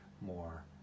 more